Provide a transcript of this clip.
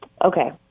Okay